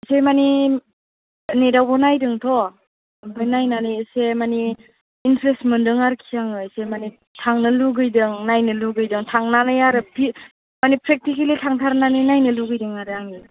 एसे मानि नेटआवबो नायदोंथ' ओमफ्राय नायनानै एसे मानि इन्टारेस्त मोनदों आरोखि आङो एसे मानि थांनो लुगैदों नायनो लुगैदों थांनानै आरो मानि प्रेकटिकेलि थांथारनानै नायनो लुगैदों आङो